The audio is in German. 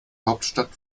hauptstadt